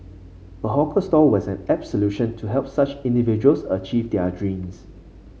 a hawker stall was an apt solution to help such individuals achieve their dreams